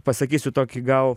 pasakysiu tokį gal